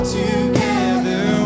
together